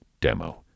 demo